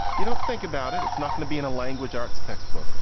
you don't think about it. it's not going to be in a language arts textbook.